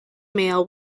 male